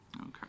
Okay